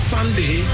Sunday